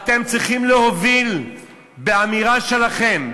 אתם צריכים להוביל באמירה שלכם,